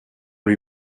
lui